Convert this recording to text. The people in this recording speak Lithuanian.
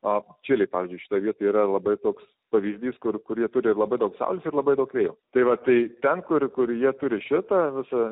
o čilėj pavyzdžiui šitoj vietoj yra labai toks pavyzdys kur kur ji turi labai daug saulės ir labai daug vėjo tai va tai ten kur kur jie turi šitą visą